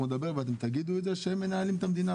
נדבר ואתם תגידו את זה שהם מנהלים את המדינה,